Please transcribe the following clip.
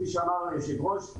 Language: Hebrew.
כפי שאמר היושב-ראש,